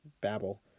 babble